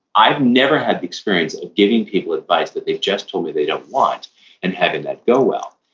i've never had the experience of giving people advice that they just told me they don't want and having that go well.